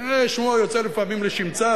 שמו לפעמים יוצא לשמצה.